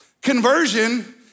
Conversion